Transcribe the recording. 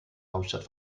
hauptstadt